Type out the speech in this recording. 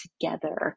together